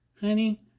Honey